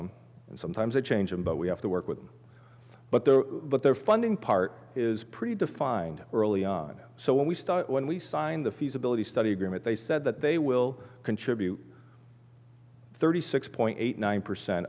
them and sometimes a change in but we have to work with them but they let their funding part is pretty defined early on so when we start when we signed the feasibility study agreement they said that they will contribute thirty six point eight nine percent